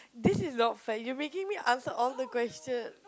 this is not fair you making me answer all the question